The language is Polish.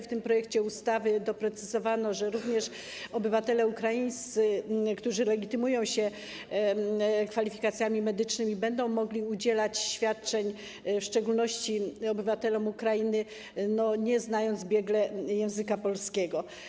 W tym projekcie ustawy doprecyzowano, że obywatele ukraińscy, którzy legitymują się kwalifikacjami medycznymi, będą mogli udzielać świadczeń, w szczególności obywatelom Ukrainy, nawet jeżeli nie znają biegle języka polskiego.